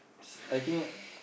s~ I think